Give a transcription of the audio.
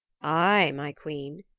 aye, my queen,